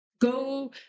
Go